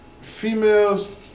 Females